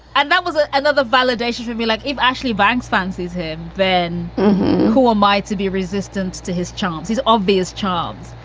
and that was ah another validation. i would be like, if ashley banks fancies him, then who am i to be? resistance to his charms is obvious charms.